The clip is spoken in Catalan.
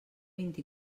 vint